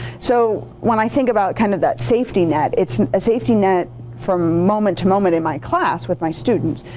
so when i think about kind of that safety net it's a safety net from moment to moment in my class with my students,